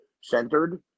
centered